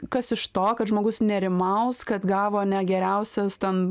kas iš to kad žmogus nerimaus kad gavo ne geriausius ten